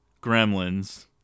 Gremlins